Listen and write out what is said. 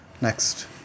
next